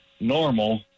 normal